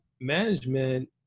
management